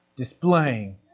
Displaying